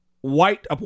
white